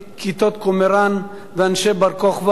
כתות קומראן ואנשי בר-כוכבא,